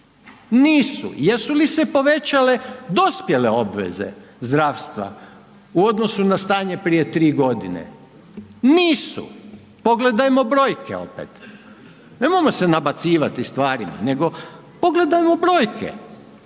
nisu. Jesu li se povećale dospjele obveze zdravstva u odnosu na stanje prije 3.g.? Nisu, pogledajmo brojke opet, nemojmo se nabacivati starima, nego pogledajmo brojke,